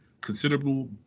considerable